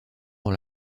dans